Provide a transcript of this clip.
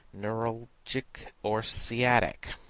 neuralgic or sciatic.